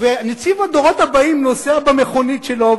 ונציב הדורות הבאים נוסע במכונית שלו,